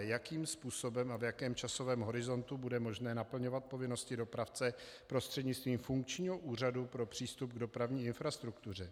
Jakým způsobem a v jakém časovém horizontu bude možné naplňovat povinnosti dopravce prostřednictvím funkčního Úřadu pro přístup k dopravní infrastruktuře?